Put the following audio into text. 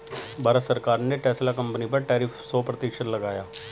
भारत सरकार ने Tesla company पर टैरिफ सो प्रतिशत लगाया